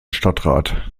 stadtrat